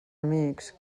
amics